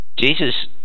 Jesus